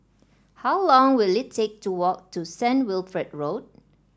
how long will it take to walk to Saint Wilfred Road